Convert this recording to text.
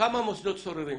כמה מוסדות סוררים.